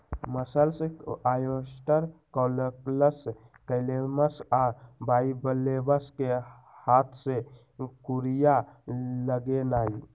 mussels, oyster, cockles, clams आ bivalves कें हाथ से कूरिया लगेनाइ